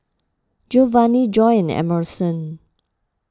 Giovani Joy and Emerson